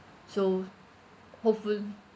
so hopefully